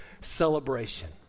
celebration